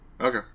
okay